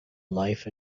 life